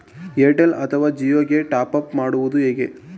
Airtel ಅಥವಾ ಜಿಯೊ ಗೆ top up ಮಾಡುವುದು ಹೇಗೆ?